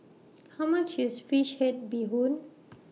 How much IS Fish Head Bee Hoon